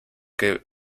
que